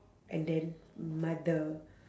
and then mother